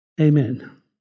Amen